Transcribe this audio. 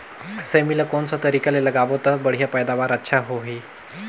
सेमी ला कोन सा तरीका ले लगाबो ता बढ़िया पैदावार अच्छा होही?